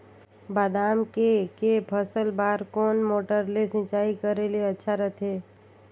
बादाम के के फसल बार कोन मोटर ले सिंचाई करे ले अच्छा रथे?